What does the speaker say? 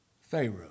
Pharaoh